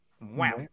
Wow